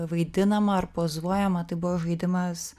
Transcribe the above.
vaidinama ar pozuojama tai buvo žaidimas